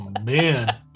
man